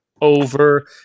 Over